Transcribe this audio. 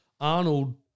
Arnold